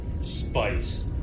spice